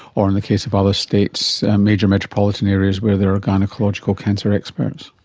or in the case of other states major metropolitan areas where there are gynaecological cancer experts?